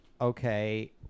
okay